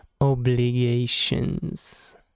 obligations